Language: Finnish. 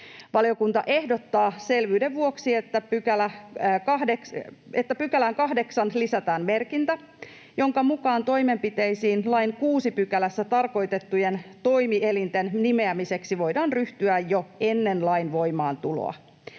Valiokunta ehdottaa selvyyden vuoksi, että 8 §:ään lisätään merkintä, jonka mukaan toimenpiteisiin lain 6 §:ssä tarkoitettujen toimielinten nimeämiseksi voidaan ryhtyä jo ennen lain voimaantuloa.